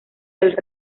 del